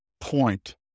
point